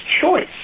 choice